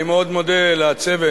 אני מאוד מודה לצוות